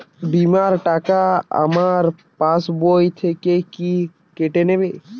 বিমার টাকা আমার পাশ বই থেকে কি কেটে নেবে?